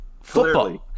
Football